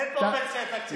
אין פה פנסיה תקציבית.